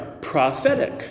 prophetic